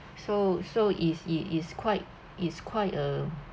so so is it is quite is quite uh